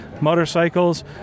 motorcycles